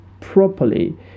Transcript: properly